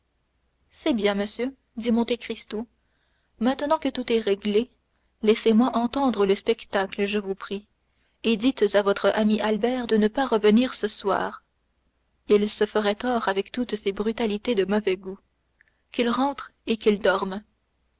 c'est bien monsieur dit monte cristo maintenant que tout est réglé laissez-moi entendre le spectacle je vous prie et dites à votre ami albert de ne pas revenir ce soir il se ferait tort avec toutes ses brutalités de mauvais goût qu'il rentre et qu'il dorme